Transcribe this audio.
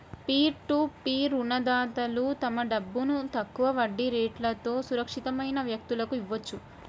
peer to peer రుణదాతలు తమ డబ్బును తక్కువ వడ్డీ రేట్లతో సురక్షితమైన వ్యక్తులకు ఇవ్వొచ్చు